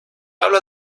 habla